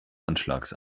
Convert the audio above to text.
anschlags